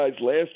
last